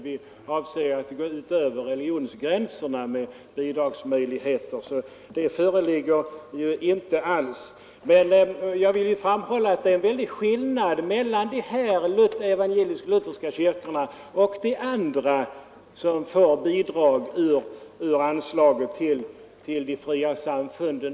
Propositionen avser ju bl.a. att gå ut över religionsgränserna med bidragsmöjligheter. Men jag vill framhålla att det är en principiell skillnad mellan dessa evangelisk-lutherska kyrkor och de andra som får bidrag ur anslaget till de fria samfunden.